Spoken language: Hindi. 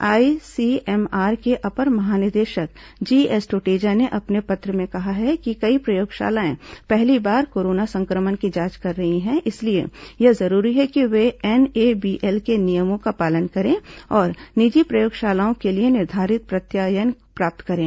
आईसीएमआर के अपर महानिदेशक जीएस ट्टेजा ने अपने पत्र में कहा है कि कई प्रयोगशालाएं पहली बार कोरोना संक्रमण की जांच कर रही है इसलिए यह जरूरी है कि वे एनएबीएल के नियमों का पालन करें और निजी प्रयोगशालाओं के लिए निर्धारित प्रत्यायन प्राप्त करें